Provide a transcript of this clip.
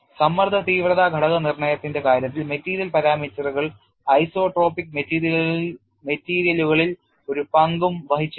സമ്മർദ്ദ തീവ്രത ഘടക നിർണ്ണയത്തിന്റെ കാര്യത്തിൽ മെറ്റീരിയൽ പാരാമീറ്ററുകൾ ഐസോട്രോപിക് മെറ്റീരിയലുകളിൽ ഒരു പങ്കും വഹിച്ചില്ല